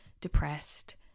depressed